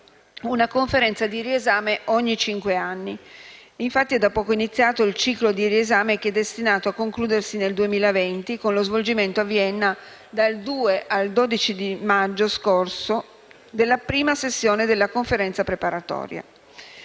una conferenza di riesame ogni cinque anni. È da poco iniziato il ciclo di riesame destinato a concludersi nel 2020 con lo svolgimento a Vienna, dal 2 al 12 maggio scorso, della prima sessione della conferenza preparatoria.